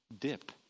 dip